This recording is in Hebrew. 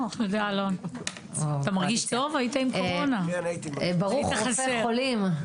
ארגון הבריאות העולמי מראה ב-2020 את המפה העולמית